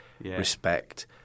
respect